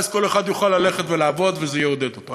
ואז כל אחד יוכל ללכת לעבוד, וזה יעודד אותו.